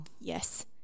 yes